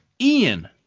Ian